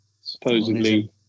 supposedly